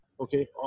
Okay